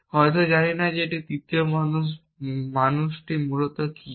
এবং হয়ত জানি না যে একটি তৃতীয় মান মানুষ মূলত কি